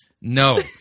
No